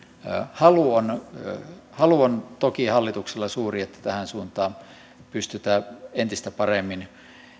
halu on toki hallituksella suuri että tähän suuntaan pystytään entistä paremmin